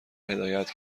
هدایت